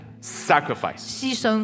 Sacrifice